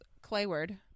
Clayward